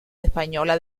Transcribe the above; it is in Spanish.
española